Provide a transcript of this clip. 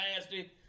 nasty